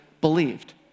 believed